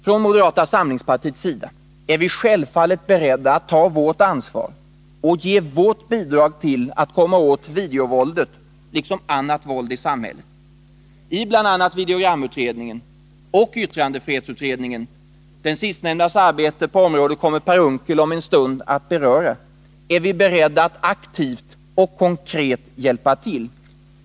Från moderata samlingspartiets sida är vi självfallet beredda att ta vårt ansvar och ge vårt bidrag till att komma åt videovåldet liksom annat våld i samhället. I bl.a. videogramutredningen och yttrandefrihetsutredningen — den sistnämndas arbete på området kommer Per Unckel om en stund att beröra — är vi beredda att aktivt och konkret hjälpa till.